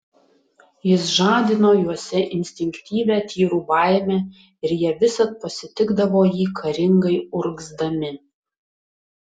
jis žadino juose instinktyvią tyrų baimę ir jie visad pasitikdavo jį karingai urgzdami